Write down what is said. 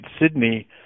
Sydney